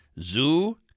Zoo